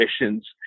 missions